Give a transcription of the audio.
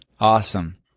Awesome